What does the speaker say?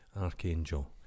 Archangel